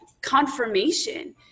confirmation